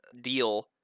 deal